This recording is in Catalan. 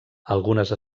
algunes